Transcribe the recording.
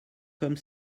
comme